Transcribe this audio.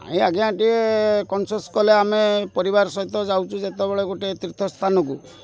ଆଜ୍ଞା ଟିକେ କନସସ୍ କଲେ ଆମେ ପରିବାର ସହିତ ଯାଉଛୁ ଯେତେବେଳେ ଗୋଟେ ତୀର୍ଥସ୍ଥାନକୁ